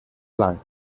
blanc